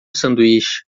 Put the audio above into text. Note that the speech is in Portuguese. sanduíche